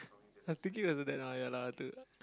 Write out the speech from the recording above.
as thinking as a dad lah nah lah dude